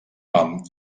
nom